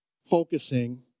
focusing